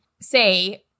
say